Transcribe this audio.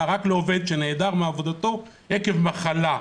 מחלה רק לעובד "שנעדר מעבודתו עקב מחלה",